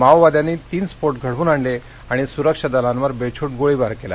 माओवाद्यांनी तीन स्फोट घडवून आणले आणि सुरक्षा दलावर बेछ्ट गोळीबार केला